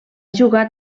jugar